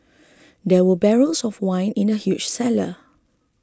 there were barrels of wine in the huge cellar